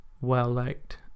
well-liked